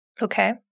Okay